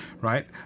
right